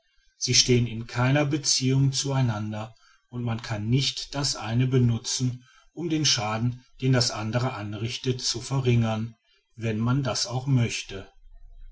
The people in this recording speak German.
sie stehen in keiner beziehung zu einander und man kann nicht das eine benutzen um den schaden den das andere anrichtet zu verringern wenn man das auch möchte